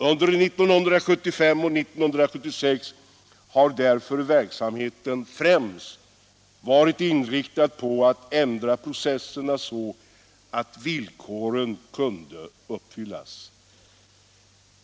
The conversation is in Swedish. Under 1975 och 1976 har därför verksamheten främst varit inriktad på att ändra processerna så att villkoren kunde uppfyllas.